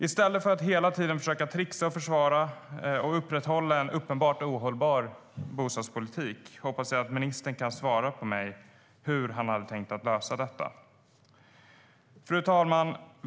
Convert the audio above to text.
I stället för att hela tiden försöka trixa samt försvara och upprätthålla en uppenbart ohållbar bostadspolitik hoppas jag att ministern kan svara mig hur han hade tänkt att lösa detta. Fru talman!